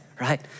right